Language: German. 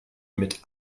mit